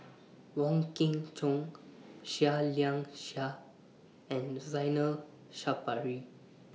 Wong Kin Jong Seah Liang Seah and Zainal Sapari